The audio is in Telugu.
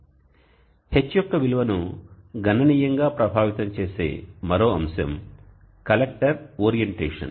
H యొక్క విలువను గణనీయంగా ప్రభావితం చేసే మరో అంశం కలెక్టర్ ఓరియంటేషన్